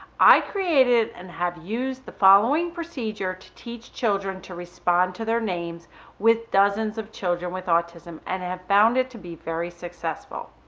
i created and have used the following procedure to teach children to respond to their names with dozens of children with autism and have found it to be very successful.